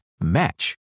match